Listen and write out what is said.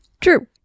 True